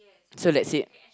so let's say